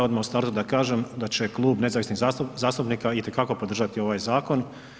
Odmah u startu da kažem da će Klub nezavisnih zastupnika itekako podržati ovaj zakon.